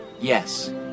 Yes